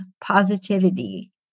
Positivity